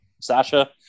Sasha